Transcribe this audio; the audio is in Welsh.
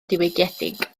diwygiedig